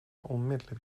onmiddelijk